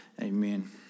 Amen